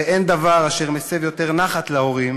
הרי אין דבר אשר מסב יותר נחת להורים